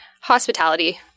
hospitality